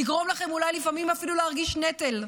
לגרום לכם אולי לפעמים אפילו להרגיש נטל?